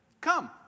come